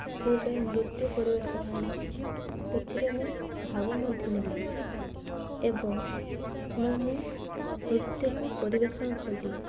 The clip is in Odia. ସ୍କୁଲ୍ରେ ନୃତ୍ୟ ପରିବେଷଣ ହେଲା ସେଥିରେ ମୁଁ ଭାଗ ମଧ୍ୟ ନେଲି ଏବଂ ମୁଁ ମୋ ନୃତ୍ୟକୁ ପରିବେଷଣ କଲି